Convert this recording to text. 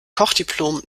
kochdiplom